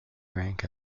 rank